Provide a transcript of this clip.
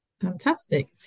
fantastic